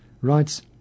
writes